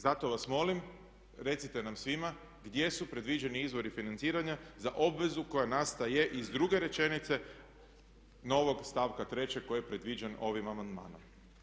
Zato vas molim recite nam svima gdje su predviđeni izvori financiranja za obvezu koja nastaje iz druge rečenice novog stavka 3. koji je predviđen ovim amandmanom.